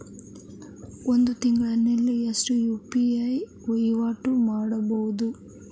ಒಂದ್ ತಿಂಗಳಿಗೆ ಎಷ್ಟ ಯು.ಪಿ.ಐ ವಹಿವಾಟ ಮಾಡಬೋದು?